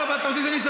טפל בהם.